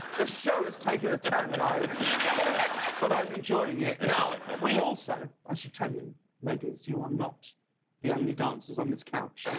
the show is taking a turn guys but i'm enjoying it. now we also i should tell you ladies, you are not the only dancers on this couch.